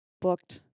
booked